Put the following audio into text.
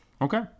Okay